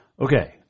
Okay